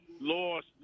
lost